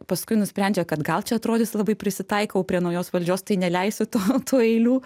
paskui nusprendžia kad gal čia atrodys labai prisitaikau prie naujos valdžios tai neleisiu to tų eilių